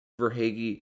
Verhage